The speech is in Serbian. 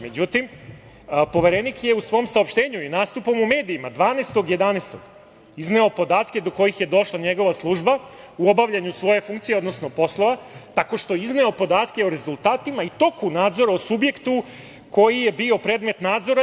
Međutim, Poverenik je u svom saopštenju i nastupom u medijima 12. novembra, izneo podatke do kojih je došla njegova služba u obavljanju svoje funkcije, odnosno poslova tako što je izneo podatke o rezultatima i toku nadzora o subjektu koji je bio predmet nazora.